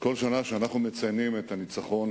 בכל שנה אנחנו מציינים את הניצחון